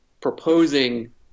proposing